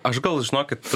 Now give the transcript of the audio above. aš gal žinokit